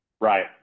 Right